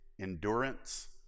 endurance